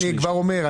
אני כבר אומר,